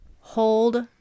hold